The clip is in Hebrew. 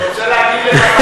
אני רוצה להגיד לך,